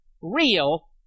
real